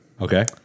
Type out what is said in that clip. Okay